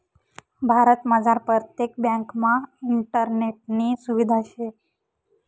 भारतमझार परतेक ब्यांकमा इंटरनेटनी सुविधा शे